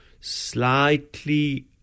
slightly